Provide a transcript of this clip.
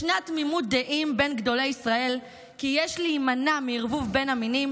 ישנה תמימות דעים בין גדולי ישראל כי יש להימנע מערבוב בין המינים,